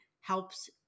helps